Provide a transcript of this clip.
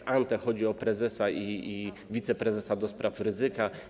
Ex ante chodzi o prezesa i wiceprezesa do spraw ryzyka.